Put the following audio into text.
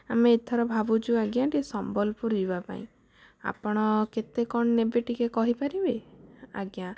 ଆମେ ଏଥର ଭାବୁଛୁ ଆଜ୍ଞା ଟିକେ ସମ୍ବଲପୁର ଯିବା ପାଇଁ ଆପଣ କେତେ କ'ଣ ନେବେ ଟିକେ କହିପାରିବେ ଆଜ୍ଞା